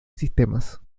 sistemas